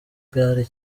gare